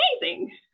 amazing